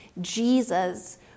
Jesus